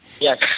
Yes